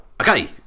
Okay